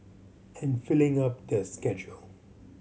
and filling up their schedule